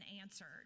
answered